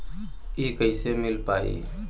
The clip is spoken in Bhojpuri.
इ कईसे मिल पाई?